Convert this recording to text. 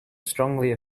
strongly